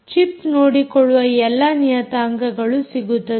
chip ನೋಡಿಕೊಳ್ಳುವ ಎಲ್ಲಾ ನಿಯತಾಂಕಗಳು ಸಿಗುತ್ತದೆ